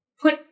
put